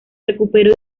recuperó